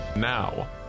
Now